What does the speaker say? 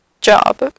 job